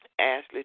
Ashley